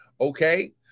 Okay